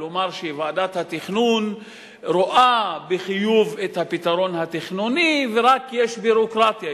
כלומר ועדת התכנון רואה בחיוב את הפתרון התכנוני ויש רק ביורוקרטיה,